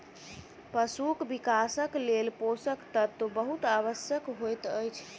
पशुक विकासक लेल पोषक तत्व बहुत आवश्यक होइत अछि